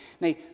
now